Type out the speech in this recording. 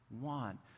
want